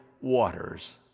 waters